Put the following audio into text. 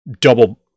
double